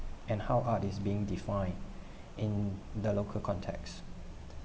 and how art is being defined in the local context